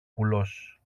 κουλός